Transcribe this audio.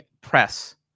press